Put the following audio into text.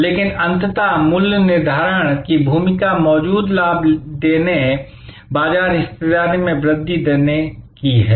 लेकिन अंतत मूल्य निर्धारण की भूमिका मौजूदा लाभ देने बाजार हिस्सेदारी में वृद्धि देने की है